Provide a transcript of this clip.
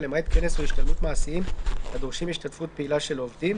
ולמעט כנס או השתלמות מעשיים הדורשים השתתפות פעילה של העובדים,"